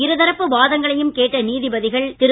இருதரப்பு வாதங்களையும் கேட்ட நீதிபதிகள் திரு